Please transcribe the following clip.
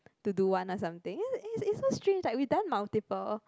to do one or something eh eh it's so strange like we done multiple